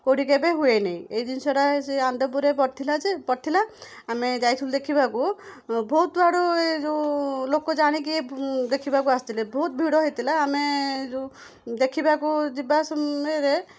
କୋଉଠି କେବେ ହୁଏ ନେଇ ଏହି ଜିନିଷଟା ସେ ଆନ୍ଦପୁରେ ପଡ଼ିଥିଲା ଯେ ପଡ଼ିଥିଲା ଆମେ ଯାଇଥିଲୁ ଦେଖିବାକୁ ବହୁତ ଆଡ଼ୁ ଏଇ ଯୋଉ ଲୋକ ଜାଣିକି ଦେଖିବାକୁ ଆସିଥିଲେ ବହୁତ ଭିଡ଼ ହେଇଥିଲା ଆମେ ଯୋଉ ଦେଖିବାକୁ ଯିବା ସମୟରେ